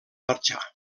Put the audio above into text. marxar